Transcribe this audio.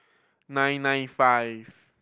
nine nine five